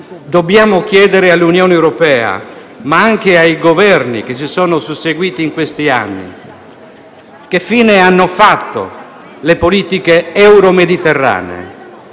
Dobbiamo chiedere all'Unione europea, ma anche ai Governi che si sono susseguiti in questi anni, che fine hanno fatto le politiche euromediterranee,